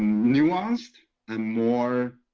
nuanced and more